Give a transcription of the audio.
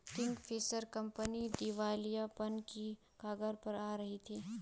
Kingfisher company दिवालियापन की कगार पर आ गई थी